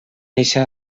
eixa